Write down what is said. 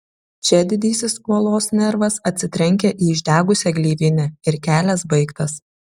čia didysis uolos nervas atsitrenkia į išdegusią gleivinę ir kelias baigtas